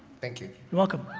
thank you. you're welcome.